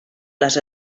les